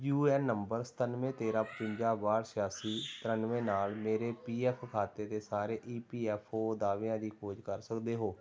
you N number ਸਤਾਨਵੇਂ ਤੇਰ੍ਹਾਂ ਪਚਵੰਜਾ ਬਾਹਠ ਛਿਆਸੀ ਤਰਾਨਵੇਂ ਨਾਲ ਮੇਰੇ ਪੀ ਐੱਫ ਖਾਤੇ ਦੇ ਸਾਰੇ ਈ ਪੀ ਐੱਫ ਓ ਦਾਅਵਿਆਂ ਦੀ ਖੋਜ ਕਰ ਸਕਦੇ ਹੋ